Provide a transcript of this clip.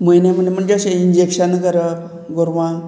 म्हयने म्हयने म्हणजे अशें इंजेक्शन करप गोरवांक